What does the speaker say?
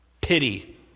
pity